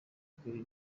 ukuri